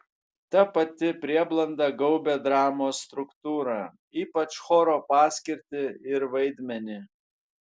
ta pati prieblanda gaubė dramos struktūrą ypač choro paskirtį ir vaidmenį